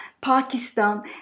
Pakistan